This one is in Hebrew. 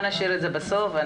נשאיר את זה לסוף.